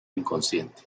inconsciente